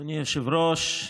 אדוני היושב-ראש,